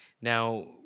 Now